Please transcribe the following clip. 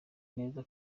neza